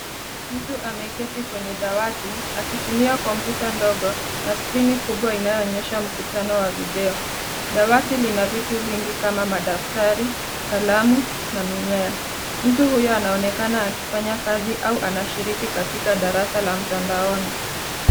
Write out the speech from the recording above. Mtu ameketi kwenye dawati akitumia kompyuta ndogo na skrini kubwa inayoonyesha mkutano wa video. Dawati lina vitu vingi kama madaftari, kalamu na mimea. Mtu huyo anaonekana akifanya kazi au anashiriki katika darasa la mtandaoni.